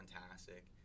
fantastic